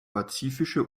pazifische